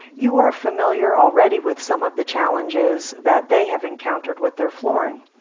you are familiar already with some of the challenges that they have encountered with their flooring.